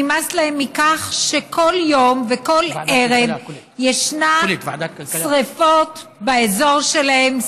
נמאס להם מכך שכל יום וכל ערב ישנן שרפות באזור שלהם,